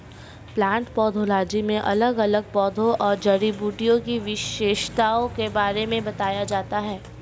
plant pathology में अलग अलग पौधों और जड़ी बूटी की विशेषताओं के बारे में बताया जाता है